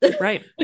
right